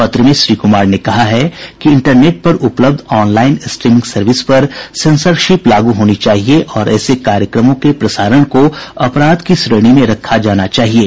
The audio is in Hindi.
पत्र में श्री कुमार ने कहा है कि इंटरनेट पर उपलब्ध ऑनलाइन स्ट्रीमिंग सर्विस पर सेंसरशिप लागू होनी चाहिये और ऐसे कार्यक्रमों के प्रसारण को अपराध की श्रेणी में रखा जाना चाहिये